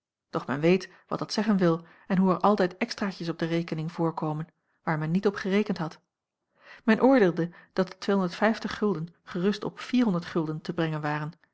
doch men weet wat dat zeggen wil en hoe er altijd extraatjes op de rekening voorkomen waar jacob van ennep laasje evenster men niet op gerekend had men oordeelde dat de gerust op te brengen waren